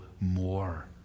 more